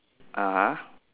(uh huh)